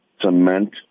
cement